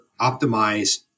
optimize